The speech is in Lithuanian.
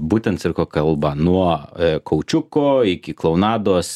būtent cirko kalba nuo kaučiuko iki klounados